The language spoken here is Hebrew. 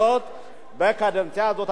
בקדנציה הזאת, אדוני היושב-ראש.